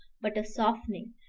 but a softening,